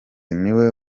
niwe